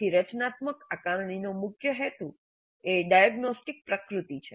તેથી રચનાત્મક આકારણીનો મુખ્ય હેતુ એ ડાયગ્નોસ્ટિક પ્રકૃતિ છે